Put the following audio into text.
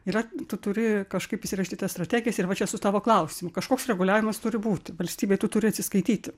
yra tu turi kažkaip įsirašyti tas strategijas ir va čia su tavo klausimu kažkoks reguliavimas turi būti valstybei tu turi atsiskaityti